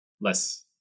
less